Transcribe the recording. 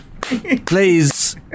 please